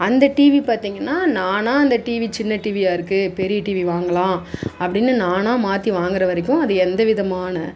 அந்த டிவி பார்த்தீங்கன்னா நானாக அந்த டிவி சின்ன டிவியாருக்குது பெரிய டிவி வாங்கலாம் அப்படின்னு நானாக மாற்றி வாங்குற வரைக்கும் அது எந்த விதமான